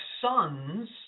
sons